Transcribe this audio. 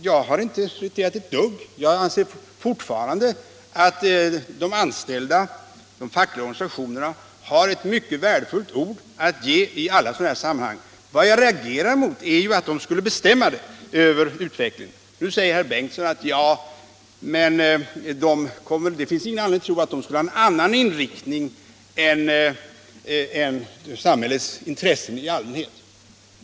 Jag har inte retirerat ett dugg — jag anser fortfarande att de anställda och de fackliga organisationerna har ett mycket värdefullt ord att ge i alla sådana här sammanhang. Vad jag reagerar mot är att de skulle bestämma över utvecklingen. Nu säger herr Bengtsson i Landskrona att det inte finns någon anledning att tro att de skulle ha en annan inriktning än som gagnar samhällets intressen i allmänhet.